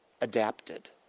adapted